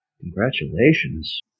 Congratulations